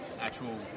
actual